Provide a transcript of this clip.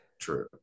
True